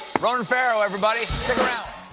ronan farrow, everybody. stick around.